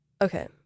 Okay